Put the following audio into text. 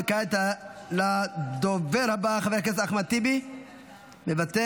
וכעת לדובר הבא, חבר הכנסת אחמד טיבי, מוותר,